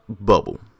bubble